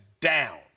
down